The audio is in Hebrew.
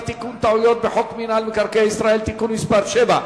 תיקון טעויות בחוק מינהל מקרקעי ישראל (תיקון מס' 7),